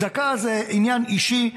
צדקה זה עניין אישי,